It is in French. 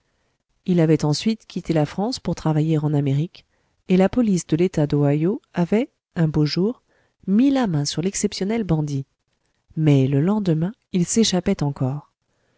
il avait ensuite quitté la france pour travailler en amérique et la police de l'état d'ohio avait un beau jour mis la main sur l'exceptionnel bandit mais le lendemain il s'échappait encore